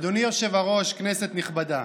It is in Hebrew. אדוני היושב-ראש, כנסת נכבדה,